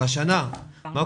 אבל השנה לצורך העניין,